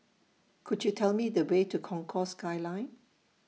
Could YOU Tell Me The Way to Concourse Skyline